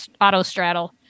auto-straddle